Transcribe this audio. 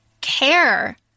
care